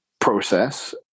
process